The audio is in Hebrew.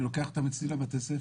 אני לוקח את המציל לבתי הספר.